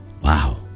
Wow